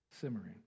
simmering